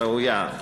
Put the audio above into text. הראויה.